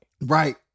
Right